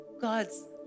God's